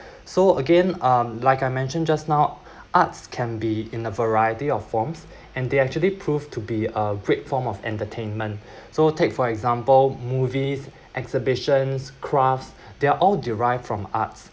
so again um like I mentioned just now arts can be in a variety of forms and they actually proved to be uh great form of entertainment so take for example movies exhibitions crafts there are all derived from arts